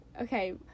Okay